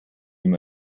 ihm